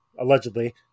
allegedly